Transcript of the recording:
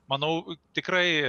manau tikrai